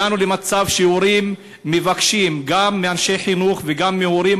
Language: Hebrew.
הגענו למצב שהורים מבקשים גם מאנשי חינוך וגם מהורים